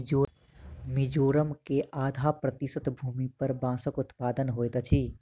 मिजोरम के आधा प्रतिशत भूमि पर बांसक उत्पादन होइत अछि